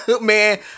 Man